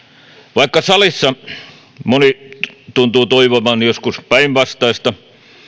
vaikka salissa moni tuntuu toivovan joskus päinvastaista